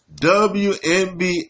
WNBA